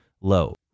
low